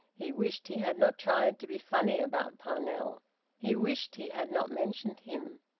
he wished he had not tried to be funny about parnell he wished he had not mentioned him.